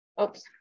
Oops